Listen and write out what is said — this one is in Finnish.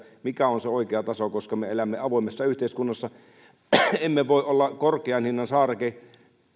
mikä on se oikea taso koska me elämme avoimessa yhteiskunnassa ja emme voi olla korkean hinnan saareke